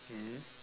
mm